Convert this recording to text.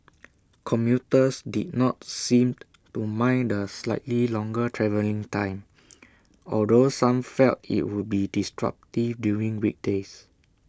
commuters did not seem to mind the slightly longer travelling time although some felt IT would be disruptive during weekdays